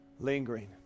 Lingering